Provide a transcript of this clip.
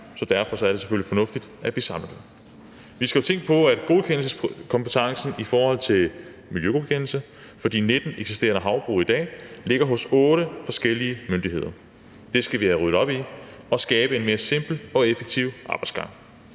Så derfor er det selvfølgelig fornuftigt, at vi samler det. Vi skal jo tænke på, at godkendelseskompetencen i forhold til miljøgodkendelse for de 19 eksisterende havbrug i dag ligger hos otte forskellige myndigheder – det skal vi have ryddet op i, og vi skal skabe en mere simpel og effektiv arbejdsgang.